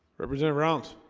represent rounds